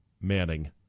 Manning